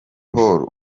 paulo